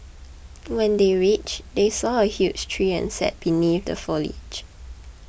when they reached they saw a huge tree and sat beneath the foliage